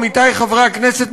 עמיתי חברי הכנסת,